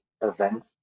event